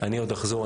אני עוד אחזור,